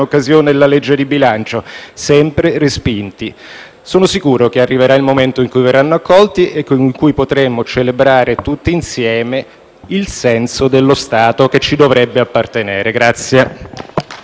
occasione della legge di bilancio, e sono stati sempre respinti. Sono sicuro che arriverà il momento in cui verranno accolti e in cui potremo celebrare tutti insieme il senso dello Stato che ci dovrebbe appartenere.